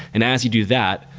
and as you do that,